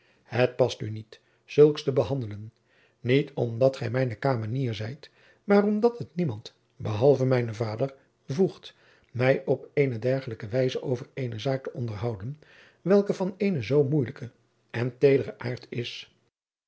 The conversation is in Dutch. het past u niet zulks te behandelen niet omdat gij mijne kamenier zijt maar omdat het niemand behalve mijnen vader voegt mij op eene dergelijke wijze over eene zaak te jacob van lennep de pleegzoon onderhouden welke van eenen zoo moeilijken en tederen aart is